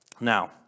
Now